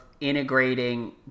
integrating